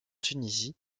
tunisie